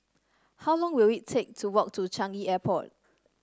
how long will it take to walk to Changi Airport